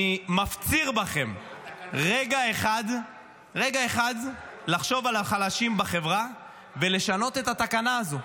אני מפציר בכם רגע אחד לחשוב על החלשים בחברה ולשנות את התקנה הזאת.